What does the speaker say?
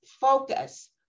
focus